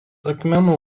akmenų